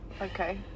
Okay